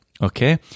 Okay